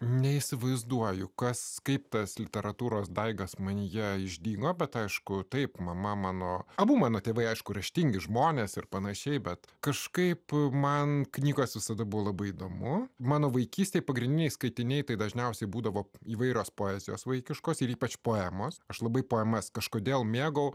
neįsivaizduoju kas kaip tas literatūros daigas manyje išdygo bet aišku taip mama mano abu mano tėvai aišku raštingi žmonės ir pan bet kažkaip man knygos visada buvo labai įdomu mano vaikystėje pagrindiniai skaitiniai tai dažniausiai būdavo įvairios poezijos vaikiškos ir ypač poemos aš labai poemas kažkodėl mėgau